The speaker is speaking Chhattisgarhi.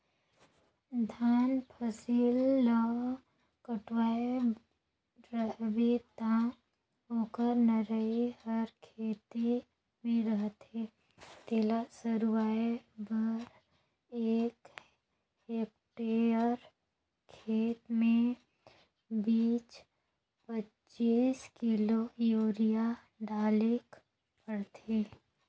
धान फसिल ल कटुवाए रहबे ता ओकर नरई हर खेते में रहथे तेला सरूवाए बर एक हेक्टेयर खेत में बीस पचीस किलो यूरिया डालेक परथे